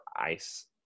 ICE